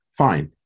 fine